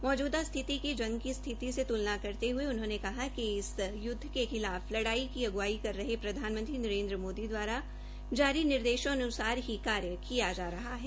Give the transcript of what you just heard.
मौजूदा स्थिति की जंग की स्थिति से तुलना करते हुए उन्होंने कहा कि इस जंग के खिलाफ लड़ाई की अगुवाई कर रहे प्रधानमंत्री नरेन्द्र मोदी द्वारा जारी निर्देशों अनुसार ही कार्य किया जा रहा है